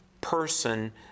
Person